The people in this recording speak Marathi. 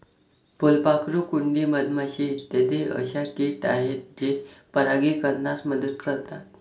फुलपाखरू, कुंडी, मधमाशी इत्यादी अशा किट आहेत जे परागीकरणास मदत करतात